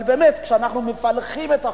אבל באמת, כשאנחנו מפלחים את החוק,